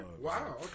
Wow